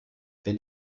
wenn